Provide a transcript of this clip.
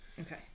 okay